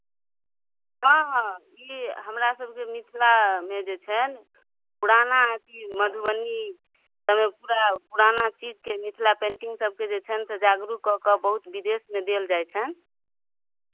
हँ हँ ई हमरा सभके मिथिलामे जे छनि पुराना अथी मधुबनी सभमे पूरा पुराना चीजके मिथिला पेन्टिङ्ग सभके जे छनि से जागरूक कऽ कऽ बहुत विदेशमे देल जाइत छनि